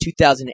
2008